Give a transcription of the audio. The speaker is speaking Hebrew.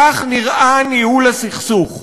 כך נראה ניהול הסכסוך.